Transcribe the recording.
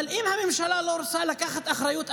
אבל אם הממשלה לא רוצה לקחת אחריות,